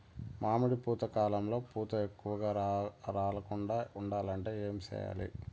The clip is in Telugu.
మామిడి పూత కాలంలో పూత ఎక్కువగా రాలకుండా ఉండాలంటే ఏమి చెయ్యాలి?